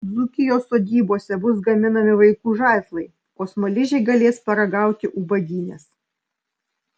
dzūkijos sodybose bus gaminami vaikų žaislai o smaližiai galės paragauti ubagynės